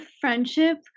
friendship